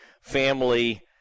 family